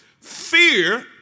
Fear